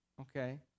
Okay